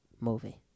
movie